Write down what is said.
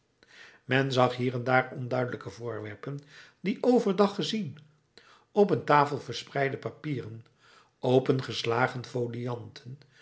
men zag hier en daar onduidelijke voorwerpen die overdag gezien op een tafel verspreide papieren opengeslagen folianten